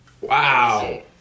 Wow